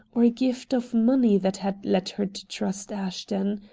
or gift of money that had led her to trust ashton.